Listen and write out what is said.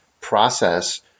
process